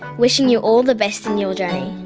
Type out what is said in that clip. wishing you all the best in your journey.